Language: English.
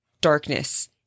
darkness